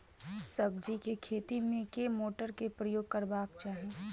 सब्जी केँ खेती मे केँ मोटर केँ प्रयोग करबाक चाहि?